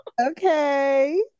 Okay